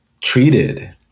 treated